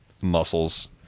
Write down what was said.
muscles